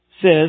Says